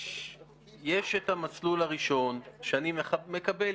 יש את המסלול הראשון, שאני מקבל.